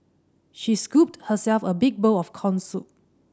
she scooped herself a big bowl of corn soup